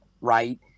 right